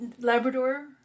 Labrador